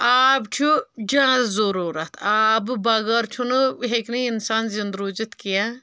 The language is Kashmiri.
آب چھُ جادٕ ضروٗرت آبہٕ بغٲر چھُنہٕ ہٮ۪کہِ نہٕ انسان زنٛدٕ روٗزتھ کینٛہہ